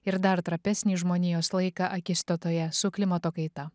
ir dar trapesnį žmonijos laiką akistatoje su klimato kaita